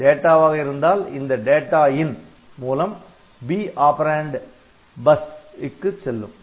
டேட்டாவாக இருந்தால் இந்த 'data in' தரவு உள்ளே மூலம் B ஆப்பரேன்ட் பாட்டை க்கு செல்லும்